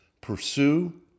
pursue